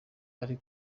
ari